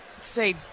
say